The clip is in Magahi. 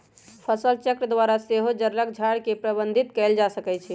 फसलचक्र द्वारा सेहो जङगल झार के प्रबंधित कएल जा सकै छइ